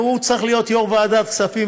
והוא צריך להיות יושב-ראש ועדת כספים